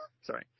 sorry